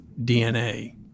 DNA